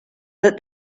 that